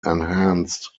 enhanced